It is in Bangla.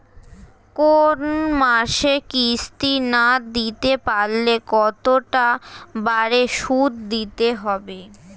কোন মাসে কিস্তি না দিতে পারলে কতটা বাড়ে সুদ দিতে হবে?